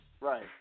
right